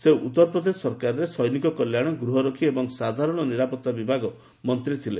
ସେ ଉତ୍ତର ପ୍ରଦେଶ ସରକାରରେ ସୈନିକ କଲ୍ୟାଣ ଗୃହରକ୍ଷୀ ଏବଂ ସାଧାରଣ ନିରାପତ୍ତା ବିଭାଗ ମନ୍ତ୍ରୀ ଥିଲେ